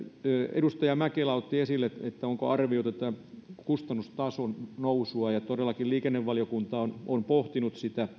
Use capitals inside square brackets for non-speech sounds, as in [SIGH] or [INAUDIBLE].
edustaja mäkelä otti esille että onko arvioitu tätä kustannustason nousua liikennevaliokunta on todellakin pohtinut sitä [UNINTELLIGIBLE]